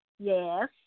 Yes